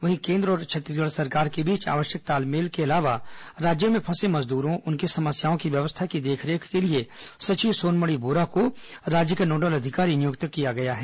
वहीं केन्द्र और छत्तीसगढ़ सरकार के बीच आवश्यक तालमेल के अलावा राज्यों में फंसे मजदूरों उनकी समस्याओं की व्यवस्था की देखरेख के लिए सचिव सोनमणि बोरा को राज्य का नोडल अधिकारी नियुक्त किया गया है